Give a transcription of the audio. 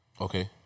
Okay